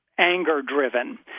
anger-driven